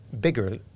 bigger